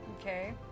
Okay